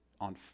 on